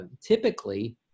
typically